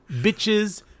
Bitches